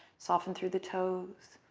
soften through the toes.